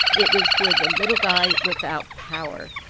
it was for the little guy without power.